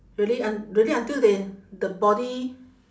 really un~ really until they the body